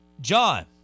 John